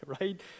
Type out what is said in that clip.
right